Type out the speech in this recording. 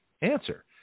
Answer